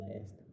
last